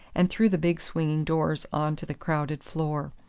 and through the big swinging doors on to the crowded floor.